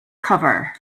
cover